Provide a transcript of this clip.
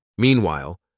Meanwhile